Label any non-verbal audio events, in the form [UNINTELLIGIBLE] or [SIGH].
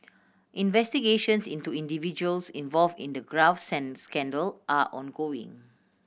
investigations into individuals involved in the graft [UNINTELLIGIBLE] scandal are ongoing